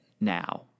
now